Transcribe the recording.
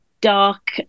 dark